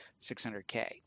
600k